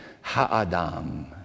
Ha'adam